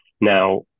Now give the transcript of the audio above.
Now